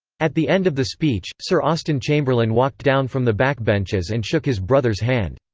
at the end of the speech, sir austen chamberlain walked down from the backbenches and shook his brother's hand.